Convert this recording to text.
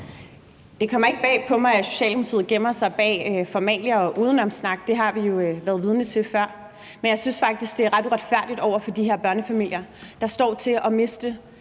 Det kommer ikke bag på mig, at Socialdemokratiet gemmer sig bag formalia og udenomssnak. Det har vi jo været vidne til før. Men jeg synes faktisk, det er ret uretfærdigt over for de her børnefamilier, der står til at miste